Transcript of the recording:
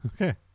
Okay